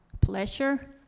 pleasure